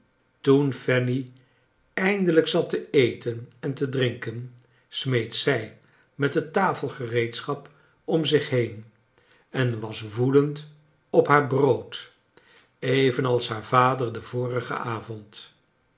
toen fanny eindelijk zat te eten en te drinken smeet zij met het tafelgereedschap om zich heen en was woedend op haar brood evenals haar vader den vorigen avond